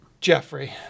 Jeffrey